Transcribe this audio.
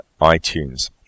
iTunes